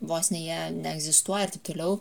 vos ne jie neegzistuoja taip toliau